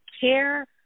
care